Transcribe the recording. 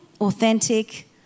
authentic